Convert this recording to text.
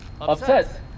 upset